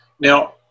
Now